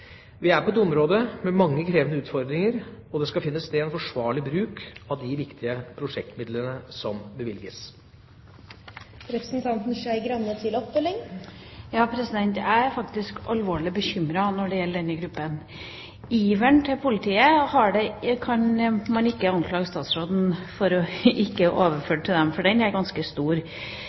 er et område med mange krevende utfordringer, og det skal finne sted en forsvarlig bruk av de viktige prosjektmidlene som bevilges. Jeg er faktisk alvorlig bekymret når det gjelder denne gruppen. Man kan ikke anklage statsråden for ikke å overføre sin iver til politiet, for den er ganske stor.